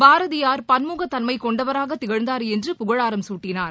பாரதியார் பன்முகத்தன்மைகொண்டவராகதிகழ்ந்தார் என்று புகழாரம் குட்டினார்